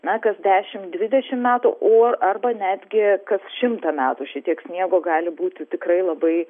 na kas dešim dvidešim metų o arba netgi kas šimtą metų šitiek sniego gali būti tikrai labai